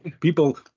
People